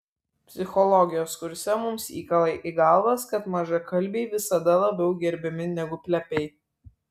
psichologijos kurse mums įkala į galvas kad mažakalbiai visada labiau gerbiami negu plepiai